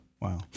wow